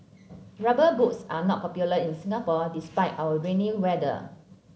rubber boots are not popular in Singapore despite our rainy weather